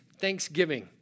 thanksgiving